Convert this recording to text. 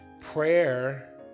prayer